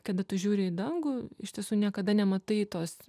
kada tu žiūri į dangų iš tiesų niekada nematai tos